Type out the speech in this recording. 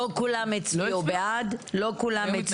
לא כולם הצביעו בעד.